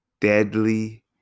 deadly